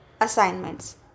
assignments